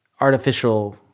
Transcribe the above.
artificial